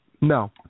No